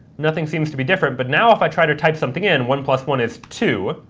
nothing seems to be different, but now if i try to type something in, one plus one is two.